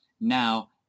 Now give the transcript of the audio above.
now